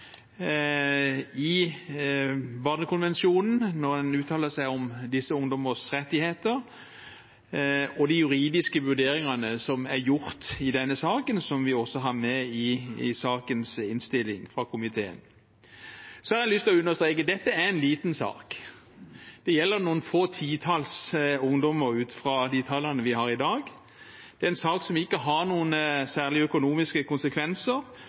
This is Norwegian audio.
i barnekonvensjonen, når en uttaler seg om disse ungdommers rettigheter, og i de juridiske vurderingene som er gjort i denne saken, som vi også har med i innstillingen fra komiteen. Så har jeg lyst til å understreke: Dette er en liten sak. Det gjelder noen få titalls ungdommer ut fra de tallene vi har i dag. Det er en sak som ikke har noen særlige økonomiske konsekvenser,